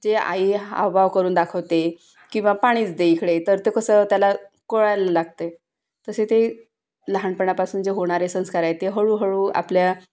जे आई हावभाव करून दाखवते किंवा पाणीच दे इकडे तर ते कसं त्याला कळायला लागते तसे ते लहानपणापासून जे होणारे संस्कार आहेत ते हळूहळू आपल्या